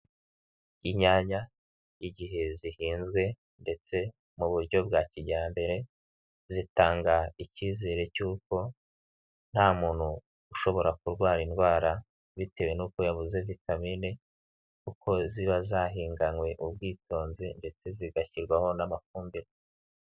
Inyanya igihe zihinzwe ndetse mu buryo bwa kijyambere, zitanga ikizere cy'uko nta muntu ushobora kurwara indwara bitewe nuko yabuze vitamine kuko ziba zahinganywe ubwitonzi ndetse zigashyirwaho n'amafumbire.